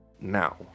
Now